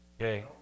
Okay